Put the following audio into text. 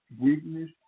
weakness